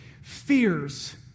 fears